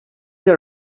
your